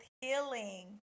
healing